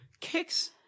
kicks